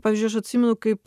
pavyzdžiui aš atsimenu kaip